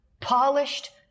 polished